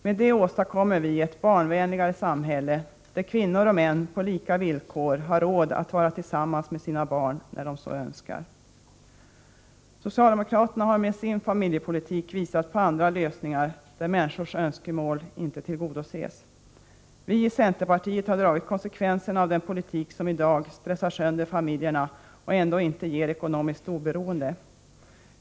Med det åstadkommer vi ett barnvänligare samhälle, där kvinnor och män på lika villkor har råd att vara tillsammans med sina barn, när de så önskar. Socialdemokraterna har med sin familjepolitik visat på andra lösningar, där människors önskemål inte tillgodoses. Vi i centerpartiet har dragit konsekvenserna av den politik som i dag stressar sönder familjerna och ändå inte ger ekonomiskt oberoende.